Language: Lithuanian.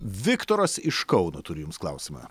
viktoras iš kauno turi jums klausimą